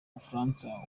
bufaransa